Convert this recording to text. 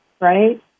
right